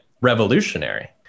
revolutionary